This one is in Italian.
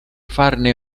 farne